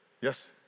yes